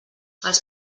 els